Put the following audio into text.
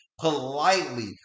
Politely